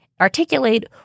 articulate